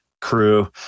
crew